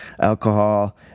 alcohol